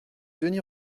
denys